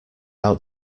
out